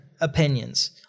opinions